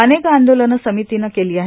अनेक आद्वोलन समितीन केली आहेत